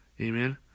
Amen